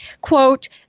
quote